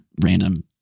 random